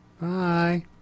Bye